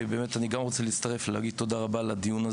באמת אני גם רוצה להצטרף ולהגיד תודה רבה על הדיון הזה.